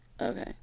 Okay